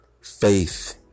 faith